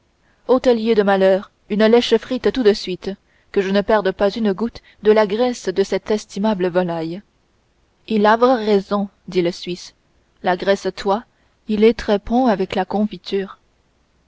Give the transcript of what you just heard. hôtelier de malheur une lèchefrite tout de suite que je ne perde pas une goutte de la graisse de cette estimable volaille il avre raison dit le suisse la graisse t'oie il est très ponne avec des gonfitures